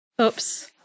Oops